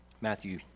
Matthew